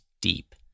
deep